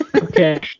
Okay